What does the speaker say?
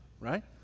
right